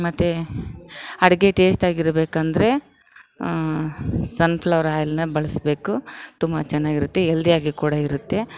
ಮತ್ತು ಅಡಿಗೆ ಟೇಸ್ಟ್ ಆಗಿರಬೇಕಂದರೆ ಸನ್ ಫ್ಲವರ್ ಆಯಿಲ್ನಾ ಬಳಸಬೇಕು ತುಂಬ ಚೆನ್ನಾಗಿರುತ್ತೆ ಹೆಲ್ದಿಯಾಗಿ ಕೂಡ ಇರುತ್ತೆ